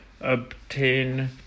obtain